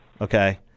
Okay